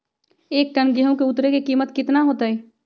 एक टन गेंहू के उतरे के कीमत कितना होतई?